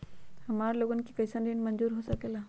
हमार लोगन के कइसन ऋण मंजूर हो सकेला?